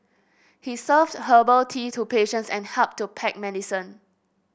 he served herbal tea to patients and helped to pack medicine